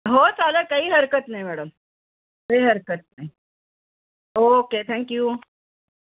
हो चालेल काही हरकत नाही मॅडम काही हरकत नाही ओके थँक्यू